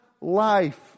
life